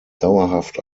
dauerhaft